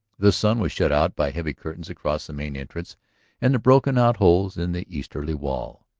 the sun was shut out by heavy curtains across the main entrance and the broken-out holes in the easterly wall.